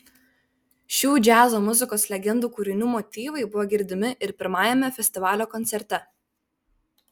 šių džiazo muzikos legendų kūrinių motyvai buvo girdimi ir pirmajame festivalio koncerte